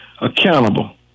accountable